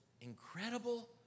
incredible